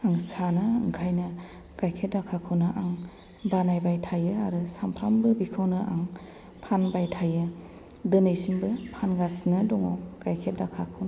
आं सानो ओंखायनो गायखेर दाखाखौनो आं बानायबाय थायो आरो सामफ्रामबो बेखौनो आं फानबाय थायो दोनैसिमबो फानगासिनो दङ गायखेर दाखाखौ